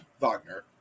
Wagner